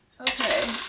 Okay